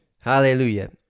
hallelujah